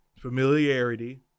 Familiarity